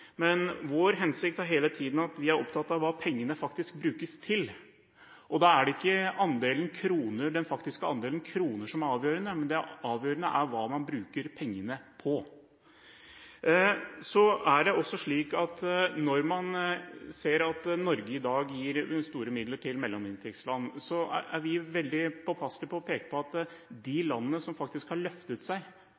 men vår hensikt er hele tiden at vi er opptatt av hva pengene faktisk brukes til. Da er det ikke andelen kroner – den faktiske andelen kroner – som er avgjørende, men hva man bruker pengene på. Når Norge i dag gir store midler til mellominntektsland, er vi veldig påpasselige på å peke på at de